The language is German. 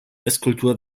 esskultur